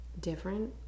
different